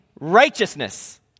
righteousness